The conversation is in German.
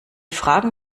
fragen